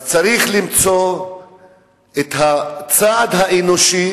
אז צריך למצוא את הצעד האנושי,